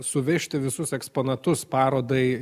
suvežti visus eksponatus parodai